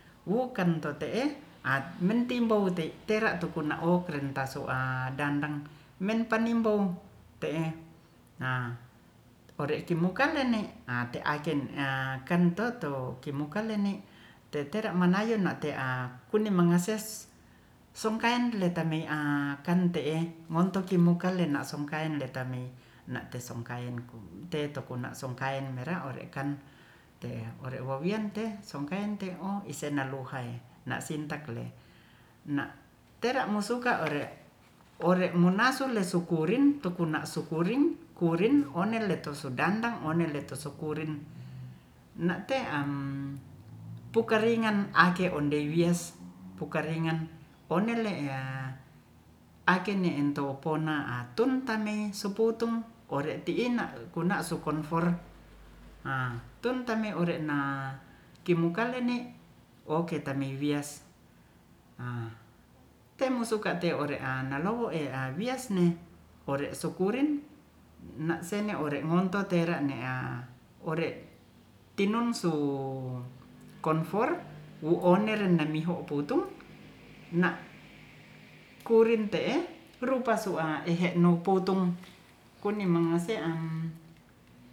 Wokan to te te wunti mbou te tera tukuna oken ta sua dandang men panimbou te'e ore kimuka ini teate kan teto kimuka lene tetera manayen na te a kuni mangase sungkan le ta mei a kan te'e ngonto ki muka leita me a kante te'e ngonto ki muka le na sungkaileta mi na te sungkai no teto na sungkai mera one kan te ore wowien te sungken te o ise naluhai na sintak le na tera musuka ore ore munasu lesu kuri tuna sukurin kurin one leto su dandang oneleto sukurin na te a puka ringan ake ondewies pikawingan onele ake ne en to pona tutamei suputung ore ti' i na kuna su konfor tun tame ore na kimukalene oke tamiwias temmusuk te o re a nalowo e wias ne ore sukurin na sene ore ngonto tera nea ore tinum su konfor wu oner namiho putung na kurin te e rupa sua ihe nu putung kini mengese